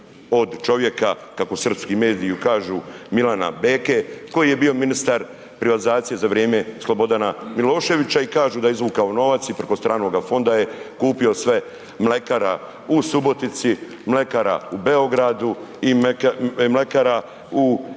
od čovjeka kao srpski mediji kažu Milana Beke koji je bio ministar privatizacije za vrijeme Slobodana Miloševića i kažu da je izvukao novac i preko stranoga fonda je kupio sve mlekara u Subotici, mlekara u Beogradu i mlekara u